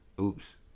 oops